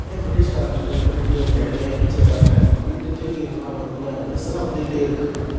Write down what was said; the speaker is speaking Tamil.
ஏன் பிரிட்டிஷ்காரங்க வந்து இன்னமும் இண்டியாவை இப்படி அடிமையாகவே வச்சுருக்காங்க அப்படின்ட்டு கேள்விகள் எல்லாம் அவருக்குள்ளே வருசலாக வந்துக்கிட்டே இருக்குது